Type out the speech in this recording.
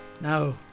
No